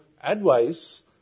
advice